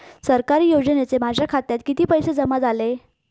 सरकारी योजनेचे माझ्या खात्यात किती पैसे जमा झाले?